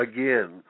Again